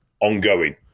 ongoing